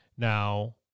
Now